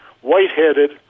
white-headed